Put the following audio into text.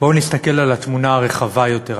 בואו נסתכל על התמונה הרחבה יותר,